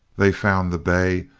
they found the bay.